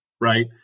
right